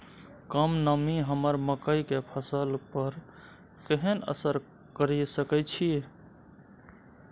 कम नमी हमर मकई के फसल पर केहन असर करिये सकै छै?